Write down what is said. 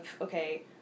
okay